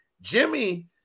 Jimmy